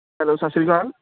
hello ਸਤਿ ਸ਼੍ਰੀ ਅਕਾਲ